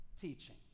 teaching